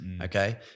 okay